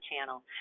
channel